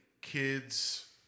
kids